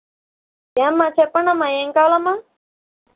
ఏవమ్మా చెప్పండమ్మా ఏం కావాలమ్మా